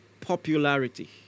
Popularity